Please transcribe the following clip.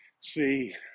see